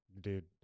dude